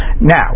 Now